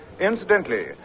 Incidentally